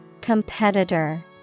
Competitor